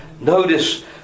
Notice